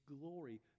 glory